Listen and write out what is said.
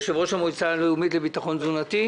יושב-ראש המועצה הלאומית לביטחון תזונתי,